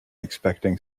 expecting